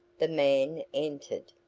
the man entered.